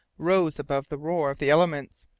rose above the roar of the elements.